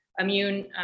Immune